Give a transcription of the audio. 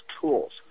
tools